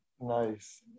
nice